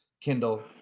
Kindle